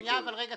שנייה, תומר.